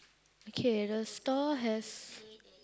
okay the store has